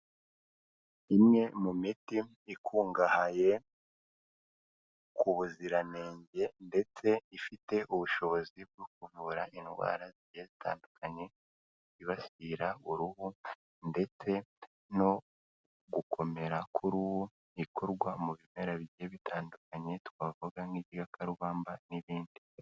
Imwe mu miti ikungahaye ku buziranenge ndetse ifite ubushobozi bwo kuvura indwara zigiye zitandukanye, zibasira uruhu ndetse no gukomera kw'uruhu, ikorwa mu bimera bigiye bitandukanye twavuga nk'igikakarubamba n'ibindi.